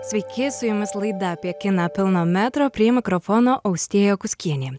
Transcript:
sveiki su jumis laida apie kiną pilno metro prie mikrofono austėja kuskienė